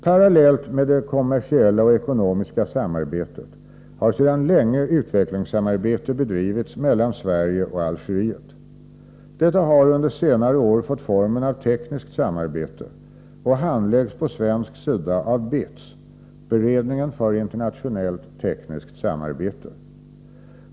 Parallellt med det kommersiella och ekonomiska samarbetet har sedan länge utvecklingssamarbete bedrivits mellan Sverige och Algeriet. Det har under senare år fått formen av tekniskt samarbete och handläggs på svensk sida av BITS — beredningen för internationellt tekniskt samarbete.